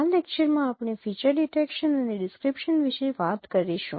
આ લેક્ચર માં આપણે ફીચર ડિટેકશન અને ડિસક્રીપશન વિશે વાત કરીશું